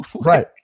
Right